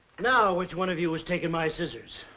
now which one of you has taken my scissors?